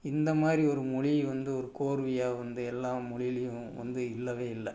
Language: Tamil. இந்த மாதிரி ஒரு மொழி வந்து ஒரு கோர்வையாக வந்து எல்லா மொழியிலையும் வந்து இல்லவே இல்லை